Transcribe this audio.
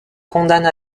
condamne